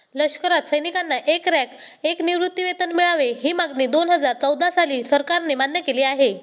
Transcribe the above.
लष्करात सैनिकांना एक रँक, एक निवृत्तीवेतन मिळावे, ही मागणी दोनहजार चौदा साली सरकारने मान्य केली आहे